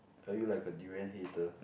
are you like a durian hater